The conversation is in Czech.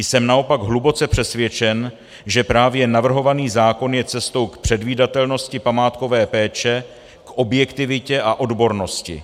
Jsem naopak hluboce přesvědčen, že právě navrhovaný zákon je cestou k předvídatelnosti památkové péče, k objektivitě a odbornosti.